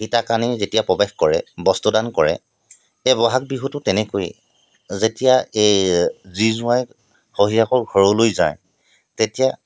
সীতাক আনি যেতিয়া প্ৰৱেশ কৰে বস্ত্ৰদান কৰে এই বহাগ বিহুটো তেনেকৈয়ে যেতিয়া এই জী জোঁৱাই শহুৱেকৰ ঘৰলৈ যায় তেতিয়া